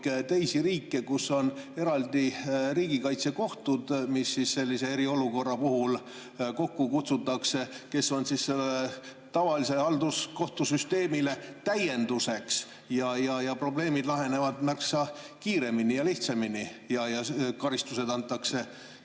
teisi riike, kus on eraldi riigikaitsekohtud, mis sellises eriolukorras kokku kutsutakse ja mis on tavalise halduskohtusüsteemi täienduseks? Probleemid laheneksid märksa kiiremini ja lihtsamini ning karistusedki antaks